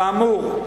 כאמור,